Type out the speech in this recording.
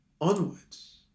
Onwards